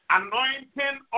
anointing